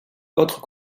autres